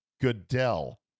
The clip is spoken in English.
Goodell